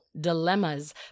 dilemmas